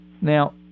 now